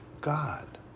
God